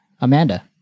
amanda